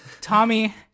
Tommy